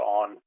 on